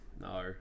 No